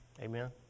Amen